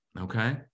Okay